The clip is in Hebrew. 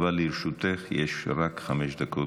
אבל לרשותך יש רק חמש דקות,